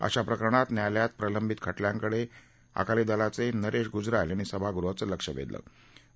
अशा प्रकरणात न्यायालयात प्रलंबित खटल्यांकड आकाली दलचनिरधीगुजराल यांनी सभागृहाचं लक्ष वध्वसं